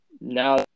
now